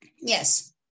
Yes